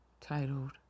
titled